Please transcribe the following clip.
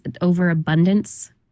overabundance